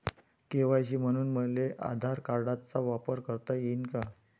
KYC म्हनून मले आधार कार्डाचा वापर करता येईन का?